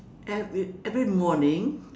every every morning